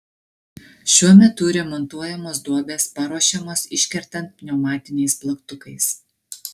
šiuo metu remontuojamos duobės paruošiamos iškertant pneumatiniais plaktukais